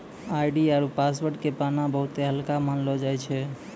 ID आरु password के पाना बहुते हल्का मानलौ जाय छै